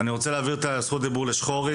אני רוצה להעביר את רשות הדיבור לשחורי,